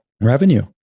revenue